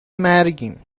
مرگیم